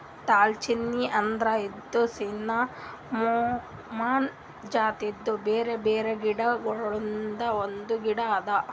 ದಾಲ್ಚಿನ್ನಿ ಅಂದುರ್ ಇದು ಸಿನ್ನಮೋಮಮ್ ಜಾತಿದು ಬ್ಯಾರೆ ಬ್ಯಾರೆ ಗಿಡ ಗೊಳ್ದಾಂದು ಒಂದು ಗಿಡ ಅದಾ